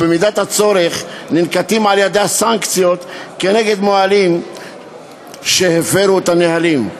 ובמידת הצורך ננקטים על-ידיה סנקציות כנגד מוהלים שהפרו את הנהלים.